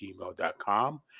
gmail.com